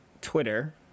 Twitter